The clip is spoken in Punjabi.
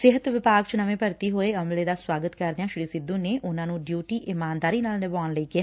ਸਿਹਤ ਵਿਭਾਗ ਚ ਨਵੇ ਭਰਤੀ ਹੋਏ ਅਮਲੇ ਦਾ ਸੁਆਗਤ ਕਰਦਿਆਂ ਸ੍ਰੀ ਸਿੱਧੂ ਨੇ ਉਨੂਾਂ ਨੂੰ ਡਿਊਟੀ ਇਮਾਨਦਾਰੀ ਨਾਲ ਨਿਭਾਉਣ ਲਈ ਕਿਹਾ